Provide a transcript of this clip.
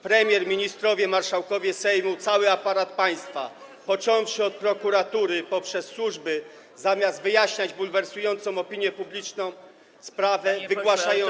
Premier, ministrowie, marszałkowie Sejmu, cały aparat państwa, począwszy od prokuratury, poprzez służby, zamiast wyjaśniać sprawę bulwersującą opinię publiczną, wygłaszają.